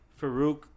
farouk